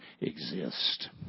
exist